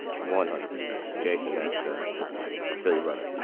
one hundred percent. jason, that's. ah i feel you, brother